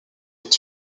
est